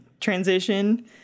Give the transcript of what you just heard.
transition